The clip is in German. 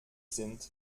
sind